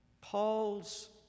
Paul's